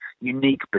unique